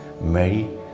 Mary